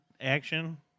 action